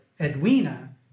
Edwina